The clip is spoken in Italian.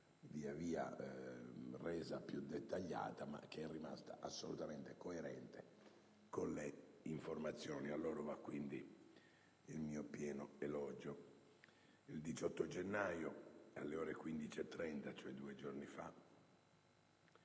via via resa più dettagliata, ma che è rimasta assolutamente coerente con le prime informazioni. A loro va quindi il mio pieno elogio. Il 18 gennaio, alle ore 15,30, tre alpini,